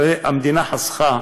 הרי המדינה חסכה